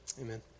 Amen